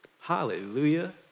Hallelujah